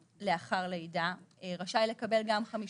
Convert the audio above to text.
לאחר לידה הגבר רשאי לקבל גם 5 ימים.